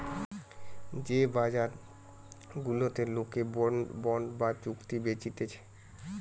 যে বাজার গুলাতে লোকে বন্ড বা চুক্তি বেচতিছে